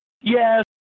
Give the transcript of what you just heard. Yes